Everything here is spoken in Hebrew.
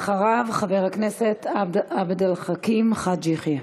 אחריו, חבר הכנסת עבד אל חכים חאג' יחיא.